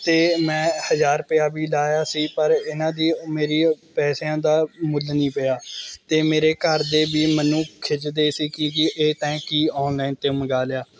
ਅਤੇ ਮੈਂ ਹਜ਼ਾਰ ਰੁਪਇਆ ਵੀ ਲਾਇਆ ਸੀ ਪਰ ਇਹਨਾਂ ਦੀ ਮੇਰੀ ਪੈਸਿਆਂ ਦਾ ਮੁੱਲ ਨਹੀਂ ਪਿਆ ਅਤੇ ਮੇਰੇ ਘਰ ਦੇ ਵੀ ਮੈਨੂੰ ਖਿੱਝਦੇ ਸੀ ਕਿ ਕੀ ਇਹ ਤੈਂਅ ਕੀ ਔਨਲਾਇਨ 'ਤੇ ਮੰਗਾ ਲਿਆ